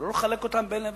ולא לחלק אותן בין לבין.